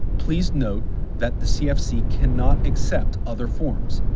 please note that the cfc cannot accept other forms,